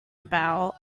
about